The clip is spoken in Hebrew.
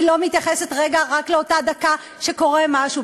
היא לא מתייחסת, רגע, רק לאותה דקה שקורה משהו.